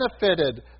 benefited